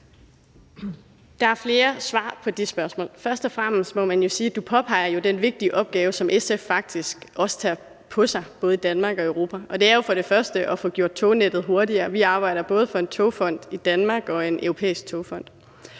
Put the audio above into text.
Der er flere svar på det spørgsmål. Først og fremmest må man sige, at du jo påpeger den vigtige opgave, som SF faktisk også tager på sig, både i Danmark og i Europa. Og det er jo først og fremmest at få gjort tognettet hurtigere; vi arbejder både for en togfond i Danmark og en europæisk togfond.